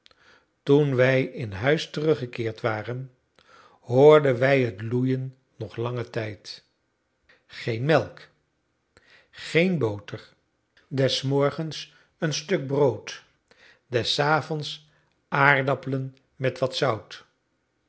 toen wij in huis teruggekeerd waren hoorden wij het loeien nog langen tijd geen melk geen boter des morgens een stuk brood des avonds aardappelen met wat zout